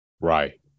Right